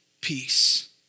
peace